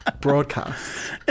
Broadcast